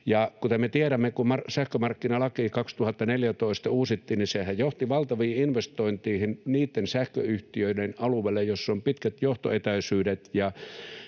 Kuten me tiedämme, kun sähkömarkkinalaki 2014 uusittiin, niin sehän johti valtaviin investointeihin niitten sähköyhtiöiden alueilla, joilla on pitkät johtoetäisyydet